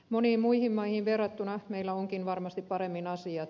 moniin muihin maihin verrattuna meillä ovatkin varmasti paremmin asiat